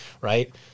right